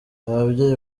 ababyeyi